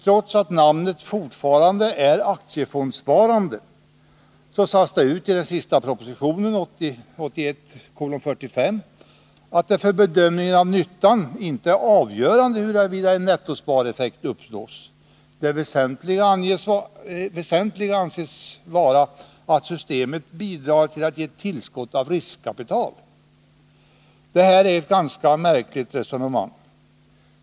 Trots att namnet fortfarande är aktiefondsparande, så sades det ut i den senaste propositionen, 1980/81:45, att det för bedömningen av nyttan inte är avgörande huruvida en nettospareffekt uppnås. Det väsentliga anges vara att systemet bidrar till att ge ett tillskott av riskkapital. Detta är ett ganska märkligt resonemang.